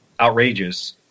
outrageous